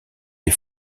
les